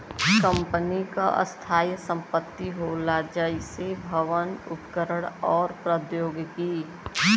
company क स्थायी संपत्ति होला जइसे भवन, उपकरण आउर प्रौद्योगिकी